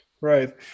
Right